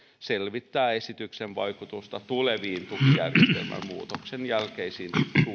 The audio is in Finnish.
selvittää esityksen vaikutusta tuleviin tukijärjestelmän muutoksen jälkeisiin